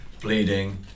bleeding